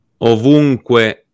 Ovunque